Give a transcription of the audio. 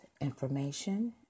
Information